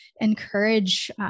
encourage